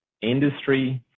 industry